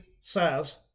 says